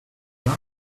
vous